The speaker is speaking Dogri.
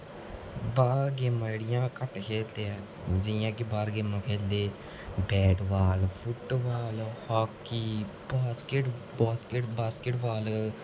बाह्र गेमां जेह्ड़ियां घट्ट खेढदे ऐ जि'यां कि बाह्र गेमां खेढदे बैटबाल फुटवाल हाॅकी बासकिटवाल बास्किटवाल